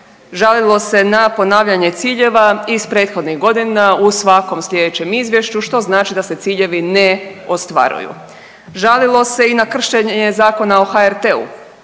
žalilo se na ponavljanje ciljeva iz prethodnih godina u svakom sljedećem izvješću što znači da se ciljevi ne ostvaruju, žalilo se i na kršenje Zakona o HRT-u,